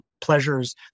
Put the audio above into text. pleasures